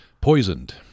poisoned